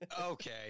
okay